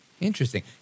Interesting